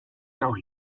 noch